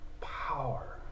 power